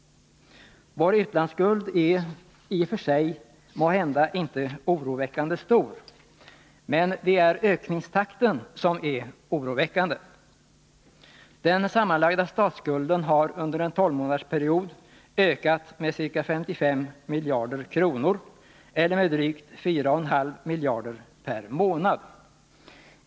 Vår utlandsskuld är i och för sig måhända inte oroväckande stor, men det är ökningstakten som är oroväckande. Den sammanlagda statsskulden har under en tolvmånadersperiod ökat med ca 55 miljarder kronor eller med drygt 4,5 miljarder per månad.